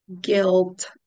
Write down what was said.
guilt